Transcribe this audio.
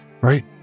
Right